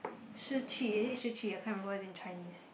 Shi-Ji is it Shi-Ji I can't remember in Chinese